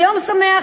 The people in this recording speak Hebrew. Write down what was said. זה יום שמח,